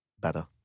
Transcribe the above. better